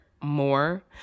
more